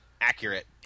accurate